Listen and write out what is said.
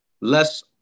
less